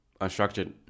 unstructured